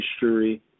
history